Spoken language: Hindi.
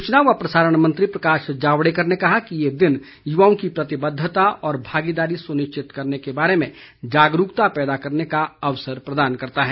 सूचना व प्रसारण मंत्री प्रकाश जावड़ेकर ने कहा कि यह दिन युवाओं की प्रतिबद्धता और भागीदारी सुनिश्चित करने के बारे में जागरूकता पैदा करने का अवसर प्रदान करता है